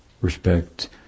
respect